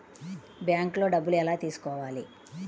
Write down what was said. బ్యాంక్లో డబ్బులు ఎలా తీసుకోవాలి?